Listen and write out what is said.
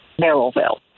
Merrillville